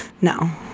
No